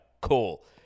cool